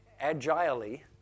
agilely